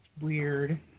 weird